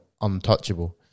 untouchable